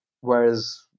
whereas